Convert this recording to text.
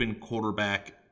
quarterback